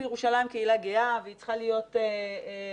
בירושלים קהילה גאה והיא צריכה להיות מחובקת,